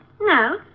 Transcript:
No